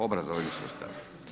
Obrazovni sustav.